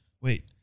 wait